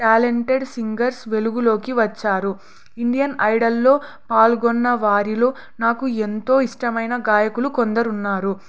talented singers వెలుగులోకి వచ్చారు Indian ఐడల్లో పాల్గొన్న వారిలో నాకు ఎంతో ఇష్టమైన గాయకులు కొందరు ఉన్నారు